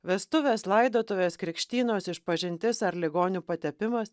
vestuvės laidotuvės krikštynos išpažintis ar ligonių patepimas